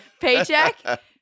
paycheck